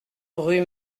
rue